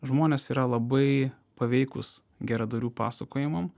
žmonės yra labai paveikūs geradarių pasakojimam